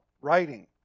writing